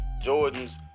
Jordan's